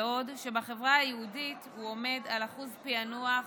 בעוד בחברה היהודית הוא עומד על שיעור פיענוח